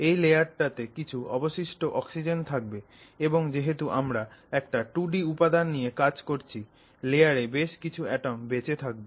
ওই লেয়ারটাতে কিছু অবশিষ্ট অক্সিজেন থাকবে এবং যেহেতু আমরা একটা 2 ডি উপাদান নিয়ে কাজ করছি লেয়ারে বেশ কিছু অ্যাটম বেঁচে থাকবে